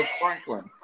Franklin